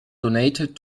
donated